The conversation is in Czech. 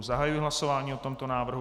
Zahajuji hlasování o tomto návrhu.